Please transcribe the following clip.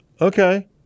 Okay